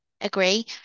agree